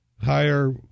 higher